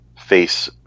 face